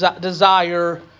desire